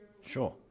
Sure